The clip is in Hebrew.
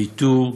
האיתור,